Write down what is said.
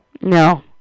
No